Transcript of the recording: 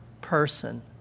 person